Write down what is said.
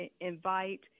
invite